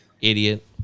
Idiot